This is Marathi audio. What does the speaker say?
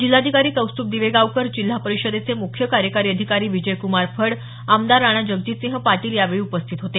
जिल्हाधिकारी कौस्तुभ दिवेगावकर जिल्हा परिषदेचे मुख्य कार्यकारी अधिकारी विजयकुमार फड आमदार राणाजगजितसिंह पाटील यावेळी उपस्थित होते